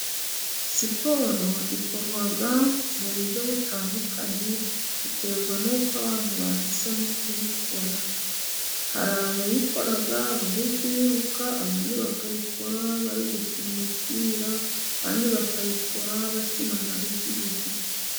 Siporo ikorwa mu buryo butandukanye biterwa n'uko abantu bahisemo kuyikora. Hari abayikora bari kwiruka abandi bakayikora bari gukina umupira, abandi bakayikora bakina amabigibigi.